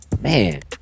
Man